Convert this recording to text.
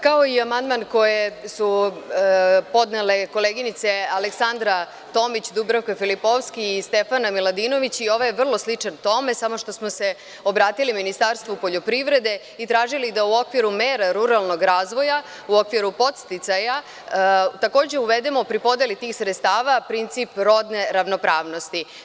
Kao i amandman koji su podnele koleginice Aleksandra Tomić, Dubravka Filipovski i Stefana Miladinović, i ovaj je vrlo sličan tome, samo što smo se obratili Ministarstvu poljoprivrede i tražili da u okviru mera ruralnog razvoja u okviru podsticaja takođe uvedemo pri podeli tih sredstava princip rodne ravnopravnosti.